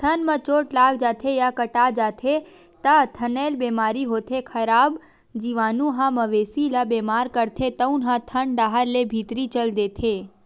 थन म चोट लाग जाथे या कटा जाथे त थनैल बेमारी होथे, खराब जीवानु ह मवेशी ल बेमार करथे तउन ह थन डाहर ले भीतरी चल देथे